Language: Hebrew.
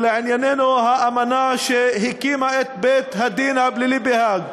ולענייננו האמנה שהקימה את בית-הדין הפלילי בהאג,